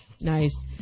Nice